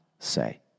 Say